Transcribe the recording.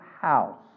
house